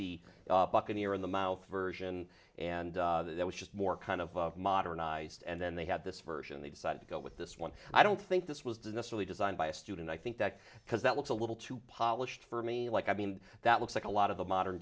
the buccaneer in the mouth version and that was just more kind of modernized and then they had this version they decided to go with this one i don't think this was the really designed by a student i think that because that looks a little too polished for me like i mean that looks like a lot of the modern